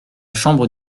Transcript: chambre